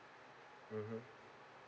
mmhmm